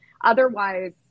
Otherwise